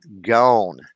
gone